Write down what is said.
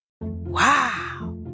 Wow